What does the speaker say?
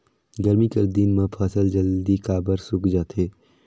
गरमी कर दिन म फसल जल्दी काबर सूख जाथे?